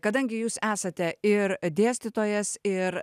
kadangi jūs esate ir dėstytojas ir